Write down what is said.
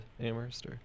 Amherst